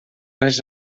les